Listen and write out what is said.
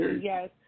Yes